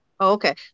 Okay